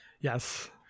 Yes